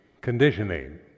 conditioning